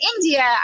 India